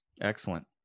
excellent